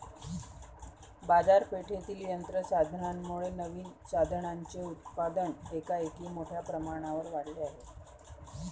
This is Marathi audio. बाजारपेठेतील यंत्र साधनांमुळे नवीन साधनांचे उत्पादन एकाएकी मोठ्या प्रमाणावर वाढले आहे